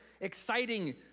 exciting